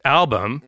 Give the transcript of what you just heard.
album